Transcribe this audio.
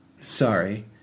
Sorry